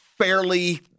fairly